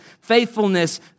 faithfulness